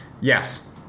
Yes